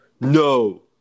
No